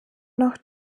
noch